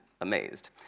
amazed